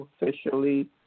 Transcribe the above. officially